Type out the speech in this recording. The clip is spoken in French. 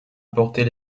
porter